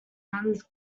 runs